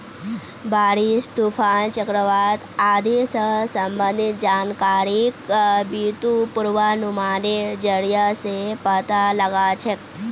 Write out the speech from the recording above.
बारिश, तूफान, चक्रवात आदि स संबंधित जानकारिक बितु पूर्वानुमानेर जरिया स पता लगा छेक